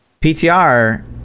PTR